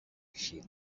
she